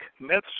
Myths